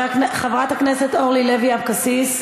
תקבל 50 דקות.